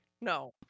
No